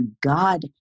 God